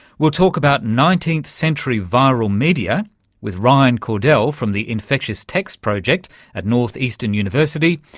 we'll talk about nineteenth century viral media with ryan cordell from the infectious texts project at northeastern university,